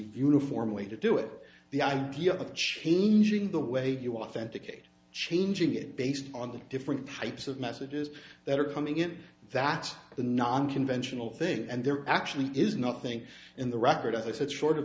uniform way to do it the idea of changing the way you authenticate changing it based on the different pipes of messages that are coming in that's the non conventional thing and there actually is nothing in the record as i said short